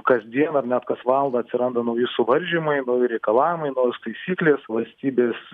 kasdien ar net kas valandą atsiranda nauji suvaržymai nauji reikalavimai naujos taisyklės valstybės